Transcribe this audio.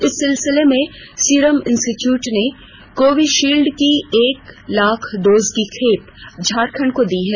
इस सिलसिले में सिरम इंस्टीट्यूट ने कोविशील्ड की एक लाख डोज की खेप झारखंड को दी है